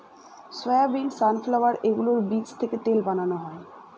soybean, sunflower এগুলোর বীজ থেকে তেল বানানো হয়